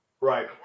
Right